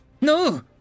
No